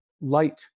light